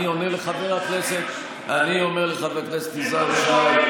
אני עונה לחבר הכנסת יזהר שי,